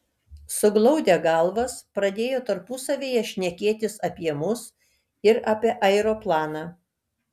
suglaudę galvas pradėjo tarpusavyje šnekėtis apie mus ir apie aeroplaną